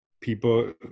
people